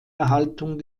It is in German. erhaltung